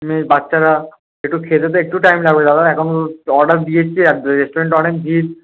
ইয়ে বাচ্চারা একটু খেতে তো একটু টাইম লাগবে দাদা এখন অর্ডার দিয়েছি এক রেস্টুরেন্টে অনেক ভিড়